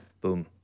Boom